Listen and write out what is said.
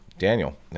Daniel